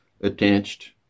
attached